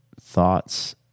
thoughts